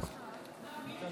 לב